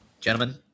Gentlemen